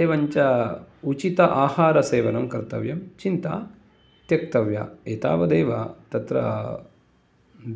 एवञ्च उचित आहार सेवनं कर्तव्यं चिन्ता त्यक्तव्या एतावदेव तत्र